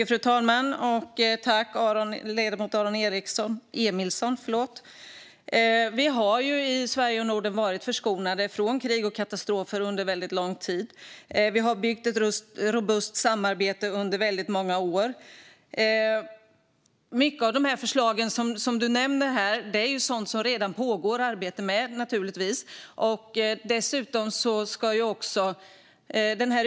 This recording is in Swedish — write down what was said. Fru talman! Vi har ju i Sverige och Norden varit förskonade från krig och katastrofer under väldigt lång tid. Vi har byggt ett robust samarbete under väldigt många år. Mycket i förslagen som ledamoten nämner här är sådant som det redan pågår arbete med.